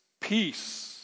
peace